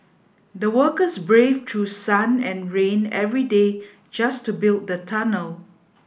the workers braved through sun and rain every day just to build the tunnel